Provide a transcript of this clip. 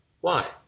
Why